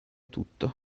tutto